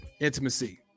intimacy